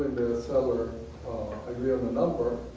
seller agree on a number,